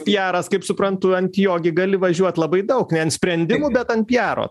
pjaras kaip suprantu ant jo gi gali važiuot labai daug ne ant sprendimų bet ant pjaro